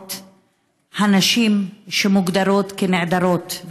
מופיעות הנשים שמוגדרות כנעדרות,